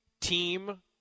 team